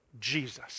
Jesus